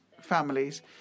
families